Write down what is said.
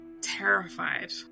terrified